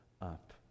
up